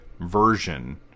version